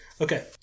Okay